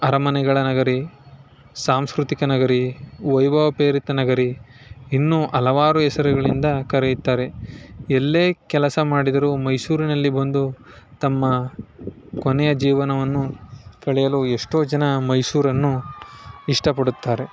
ಅರಮನೆಗಳ ನಗರಿ ಸಾಂಸ್ಕೃತಿಕ ನಗರಿ ವೈಭವೋಪೇತ ನಗರಿ ಇನ್ನೂ ಹಲವಾರು ಹೆಸರುಗಳಿಂದ ಕರೆಯುತ್ತಾರೆ ಎಲ್ಲೇ ಕೆಲಸ ಮಾಡಿದರೂ ಮೈಸೂರಿನಲ್ಲಿ ಬಂದು ತಮ್ಮ ಕೊನೆಯ ಜೀವನವನ್ನು ಕಳೆಯಲು ಎಷ್ಟೋ ಜನ ಮೈಸೂರನ್ನು ಇಷ್ಟ ಪಡುತ್ತಾರೆ